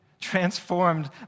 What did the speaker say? Transformed